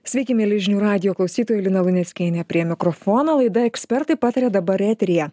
sveiki mieli žinių radijo klausytojai lina luneckienė prie mikrofono laida ekspertai pataria dabar eteryje